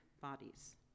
bodies